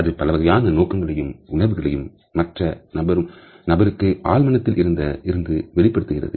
அது பலவகையான நோக்கங்களையும் உணர்வுகளையும் மற்ற நபருக்கு ஆழ்மனதில் இருந்து வெளிப்படுத்தப்படுகிறது